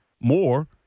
more